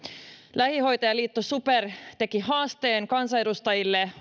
lähihoitajaliitto super teki haasteen kansanedustajille